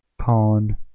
pawn